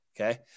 okay